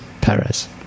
Perez